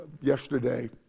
yesterday